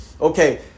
Okay